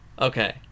Okay